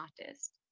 artist